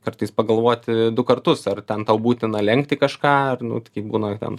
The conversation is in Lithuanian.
kartais pagalvoti du kartus ar ten tau būtina lenkti kažką ar nu tai kai būna ten